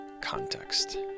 context